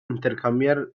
intercambiar